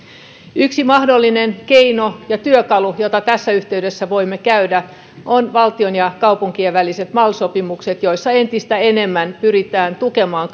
yksi mahdollinen keino ja työkalu jota tässä yhteydessä voimme käyttää on valtion ja kaupunkien väliset mal sopimukset joissa entistä enemmän pyritään tukemaan